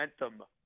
momentum